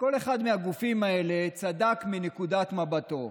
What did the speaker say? שכל אחד מהגופים האלה צדק מנקודת מבטו,